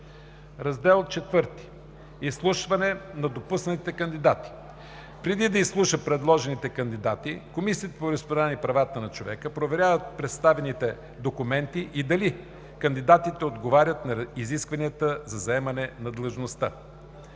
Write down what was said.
IV. Изслушване на допуснатите кандидати 1. Преди да изслуша предложените кандидати, Комисията по вероизповеданията и правата на човека проверява представените документи и дали кандидатите отговарят на изискванията за заемане на длъжността.